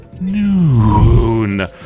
noon